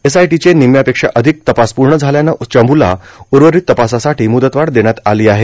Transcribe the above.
एसआयटीचे निम्म्यापेक्षा अधिक तपास पूर्ण झाल्यानं चमूला उर्वरित तपासासाठी मुदतवाढ देण्यात आली आहे